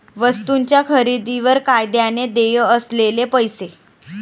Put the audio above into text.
वस्तूंच्या खरेदीवर कायद्याने देय असलेले पैसे